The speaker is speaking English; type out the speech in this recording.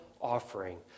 offering